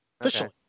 officially